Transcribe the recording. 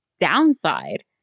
downside